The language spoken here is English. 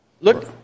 Look